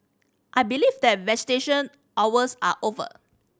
I believe that visitation hours are over